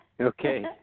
Okay